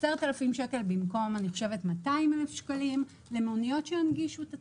10,000 שקל במקום כ-200,000 שקל למוניות שינגישו את עצמן.